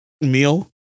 meal